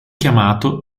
chiamato